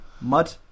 Mud